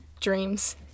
Dreams